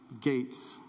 gates